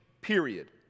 period